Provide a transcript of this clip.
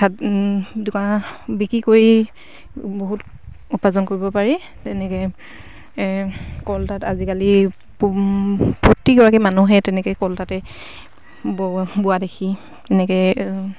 দোকানত বিক্ৰী কৰি বহুত উপাৰ্জন কৰিব পাৰি তেনেকে আজিকালি প্ৰতিগৰাকী মানুহে তেনেকে বোৱা দেখি তেনেকে